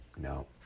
no